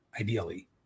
ideally